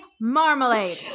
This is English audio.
marmalade